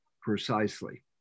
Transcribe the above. Precisely